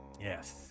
Yes